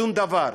שום דבר,